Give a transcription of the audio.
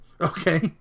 Okay